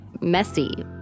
messy